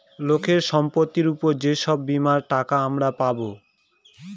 লোকের সম্পত্তির উপর যে সব বীমার টাকা আমরা পাবো